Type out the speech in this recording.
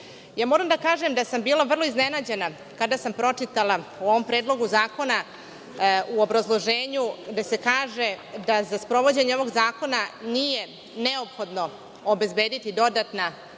Moram da kažem da sam bila vrlo iznenađena kada sam pročitala u ovom predlogu zakona u obrazloženju gde se kaže – da za sprovođenje ovog zakona nije neophodno obezbediti dodatna